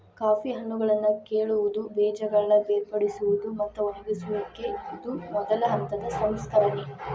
coffee ಹಣ್ಣುಗಳನ್ನಾ ಕೇಳುವುದು, ಬೇಜಗಳ ಬೇರ್ಪಡಿಸುವುದು, ಮತ್ತ ಒಣಗಿಸುವಿಕೆ ಇದು ಮೊದಲ ಹಂತದ ಸಂಸ್ಕರಣೆ